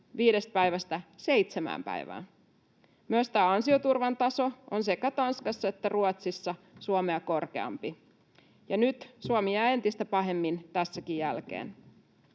viidestä päivästä seitsemään päivään. Myös ansioturvan taso on sekä Tanskassa että Ruotsissa Suomea korkeampi, ja nyt Suomi jää entistä pahemmin tässäkin jälkeen.